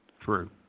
True